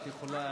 את יכולה,